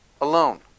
alone